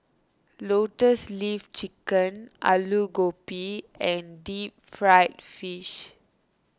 Lotus Leaf Chicken Aloo Gobi and Deep Fried Fish